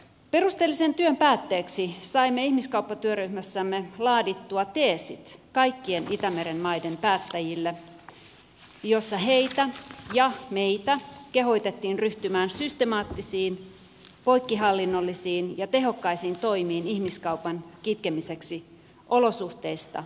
perusteellisen työn päätteeksi saimme ihmiskauppatyöryhmässämme laadittua kaikkien itämeren maiden päättäjille teesit joissa heitä ja meitä kehotettiin ryhtymään systemaattisiin poikkihallinnollisiin ja tehokkaisiin toimiin ihmiskaupan kitkemiseksi olosuhteista riippumatta